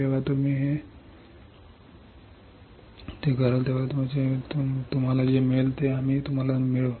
जेव्हा तुम्ही ते कराल तेव्हा तुम्हाला जे मिळेल ते आम्ही तुम्हाला मिळवू